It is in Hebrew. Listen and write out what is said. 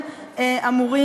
שתיים.